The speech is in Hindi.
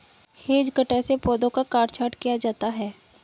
हेज कटर से पौधों का काट छांट किया जाता है